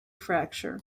fracture